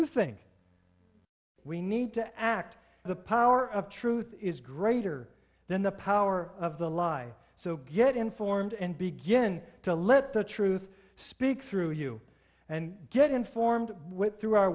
you think we need to act the power of truth is greater than the power of the lie so get informed and begin to let the truth speak through you and get informed through our